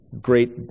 Great